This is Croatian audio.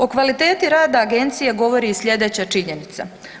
O kvaliteti rada agencije govori i slijedeća činjenica.